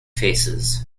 faces